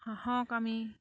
হাঁহক আমি